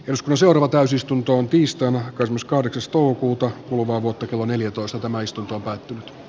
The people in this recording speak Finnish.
joskus orvo täysistuntoon tiistaina kahdeksas toukokuuta kuluvaa vuotta kello neljätoista samaistua